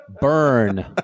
burn